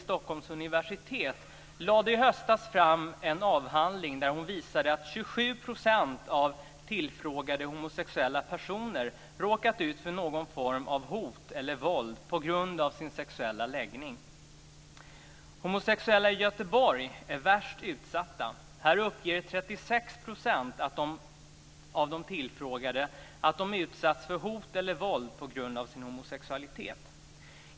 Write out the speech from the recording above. Stockholms universitet lade i höstas fram en avhandling där hon visar att 27 % av tillfrågade homosexuella personer råkat ut för någon form av hot eller våld på grund av sin sexuella läggning. Homosexuella i Göteborg är värst utsatta. Här uppger 36 % av de tillfrågade att de utsatts för hot eller våld på grund av sin homosexualitet.